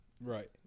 Right